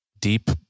deep